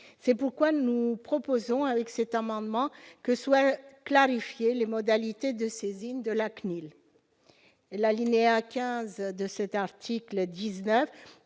C'est pourquoi nous proposons, avec cet amendement, que soient clarifiées les modalités de saisine de la CNIL. L'alinéa 15 de l'article 19